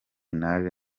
naje